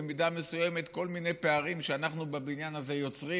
במידה מסוימת כל מיני פערים שאנחנו בבניין הזה יוצרים,